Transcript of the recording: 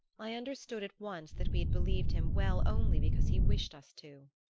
i understood at once that we had believed him well only because he wished us to.